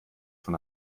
von